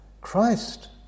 Christ